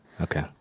Okay